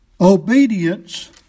Obedience